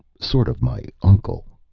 sort of my uncle.